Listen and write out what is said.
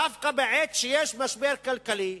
דווקא בעת משבר כלכלי,